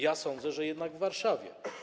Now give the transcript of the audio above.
Ja sądzę, że jednak w Warszawie.